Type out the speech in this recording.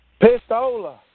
Pistola